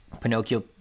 Pinocchio